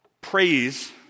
praise